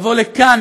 לבוא לכאן,